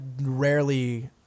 rarely